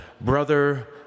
Brother